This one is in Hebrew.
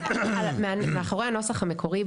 מאחורי הנוסח המקורי,